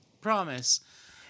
Promise